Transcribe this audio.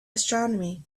astronomy